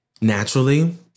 naturally